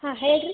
ಹಾಂ ಹೇಳಿರಿ